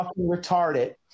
retarded